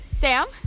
Sam